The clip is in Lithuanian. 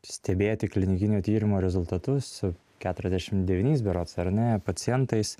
stebėti klinikinio tyrimo rezultatus su keturiasdešimt devyniais berods ar ne pacientais